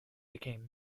became